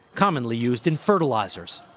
commonly used in fertilizers.